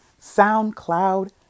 SoundCloud